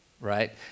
right